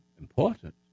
important